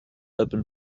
open